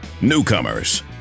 newcomers